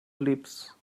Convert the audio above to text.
lips